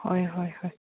ꯍꯣꯏ ꯍꯣꯏ ꯍꯣꯏ